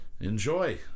Enjoy